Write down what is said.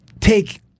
take